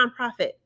nonprofit